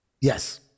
Yes